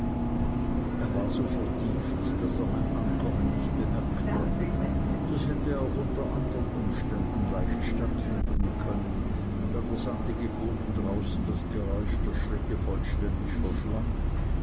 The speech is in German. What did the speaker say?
er war so vertieft daß er mein ankommen nicht bemerkte das hätte auch unter andern umständen leicht stattfinden können da der sandige boden draußen das geräusch der schritte vollständig verschlang